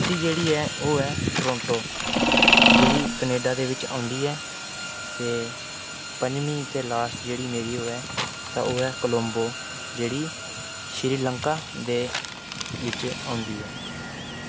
चौथी जेह्ड़ी ऐ ओह् ऐ टरोंटो जेह्ड़ी कनेडा दे बिच्च औंदी ऐ ते पंजमी ते लास्ट जेह्ड़ी मेरी ओह् ऐ तां ओह् ऐ कलोम्बो जेह्ड़ी श्रीलंका बिच्च दे बिच्च औंदी ऐ